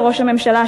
לראש הממשלה,